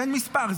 תן מספר.